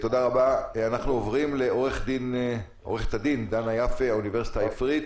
אנחנו עוברים לעורכת-הדין דנה יפה מהאוניברסיטה העברית.